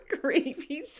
gravy